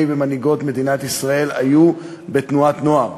ממנהיגי ומנהיגות מדינת ישראל היו בתנועת נוער